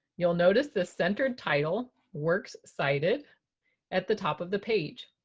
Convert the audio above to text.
you'll notice the centered title works cited at the top of the page.